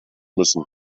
müssen